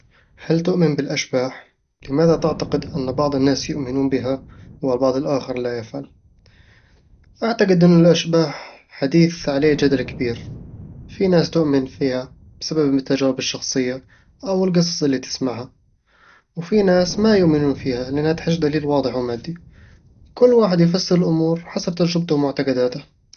هل تؤمن بالأشباح؟ لماذا تعتقد أن بعض الناس يؤمن بها والبعض الآخر لا يفعل؟ أعتقد إنو الأشباح حديث عليه جدل كبير، في ناس تؤمن فيها بسبب التجارب الشخصية أو القصص اللي تسمعها وفي ناس ما يؤمنون فيها لأنها تحتاج دليل واضح ومادي كل واحد يفسر الأمور حسب تجربته ومعتقداته